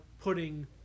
putting